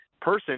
person